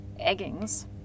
eggings